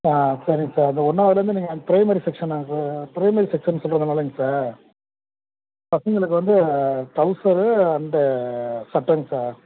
ஆ சரி சார் அந்த ஒன்றாவதுலேந்து நீங்கள் அந்த பிரைமெரி செக்ஸன பிரைமெரி செக்ஸன் சொல்கிறதுனாலேங்க சார் பசங்களுக்கு வந்து ட்ரௌசரு அண்டு சட்டைங்க சார்